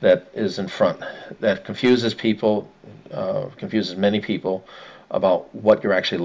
that is in front that confuses people confuse many people about what you're actually